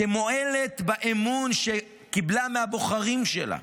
שמועלת באמון שקיבלה מהבוחרים שלה,